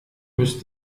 müsst